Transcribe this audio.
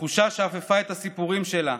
התחושה שאפפה את הסיפורים שלה,